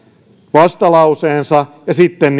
vastalauseensa ja sitten